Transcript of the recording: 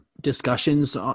discussions